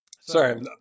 Sorry